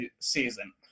season